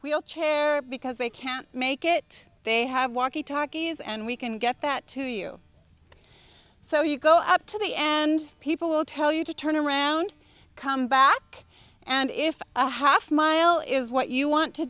wheelchair because they can make it they have walkie talkies and we can get that to you so you go up to the end people will tell you to turn around come back and if a half mile is what you want to